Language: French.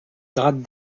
grades